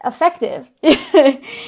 effective